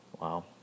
Wow